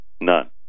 None